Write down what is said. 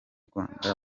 rwanda